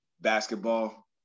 basketball